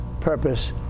purpose